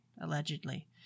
allegedly